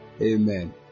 Amen